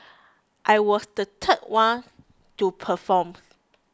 I was the third one to perform